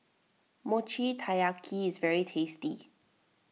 Mochi Taiyaki is very tasty